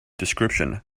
description